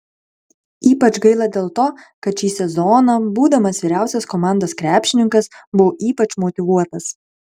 ypač gaila dėl to kad šį sezoną būdamas vyriausias komandos krepšininkas buvau ypač motyvuotas